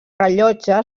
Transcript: rellotge